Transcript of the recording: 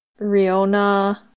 Riona